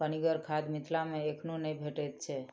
पनिगर खाद मिथिला मे एखनो नै भेटैत छै